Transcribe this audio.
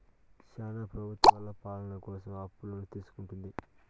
శ్యానా ప్రభుత్వాలు పాలన కోసం అప్పులను తీసుకుంటుంది